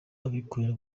abikorera